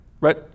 right